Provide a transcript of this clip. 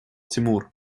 тимур